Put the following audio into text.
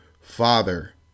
father